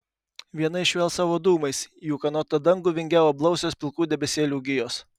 viena iš jų alsavo dūmais į ūkanotą dangų vingiavo blausios pilkų debesėlių gijos